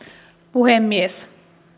puhemies